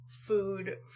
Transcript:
food